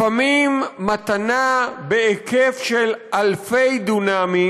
לפעמים מתנה בהיקף של אלפי דונמים,